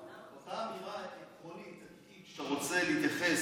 אותה אמירה עקרונית שאתה רוצה להתייחס